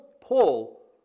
Paul